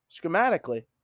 schematically